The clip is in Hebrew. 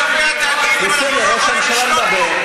הוא מדבר,